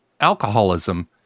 alcoholism